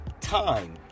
time